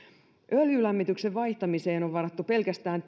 öljylämmityksen vaihtamiseen on varattu pelkästään